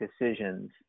decisions